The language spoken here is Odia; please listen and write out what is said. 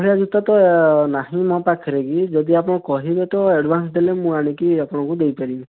ସେ ଭଳିଆ ଜୋତା ତ ନାହିଁ ମୋ ପାଖରେ କି ଯଦି ଆପଣ କହିବେ ତ ଆଡ଼ଭାନ୍ସ୍ ଦେଲେ ମୁଁ ଆଣିକି ଆପଣଙ୍କୁ ଦେଇ ପାରିବି